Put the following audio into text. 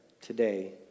today